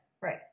right